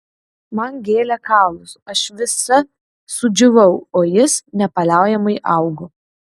man gėlė kaulus aš visa sudžiūvau o jis nepaliaujamai augo